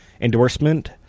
endorsement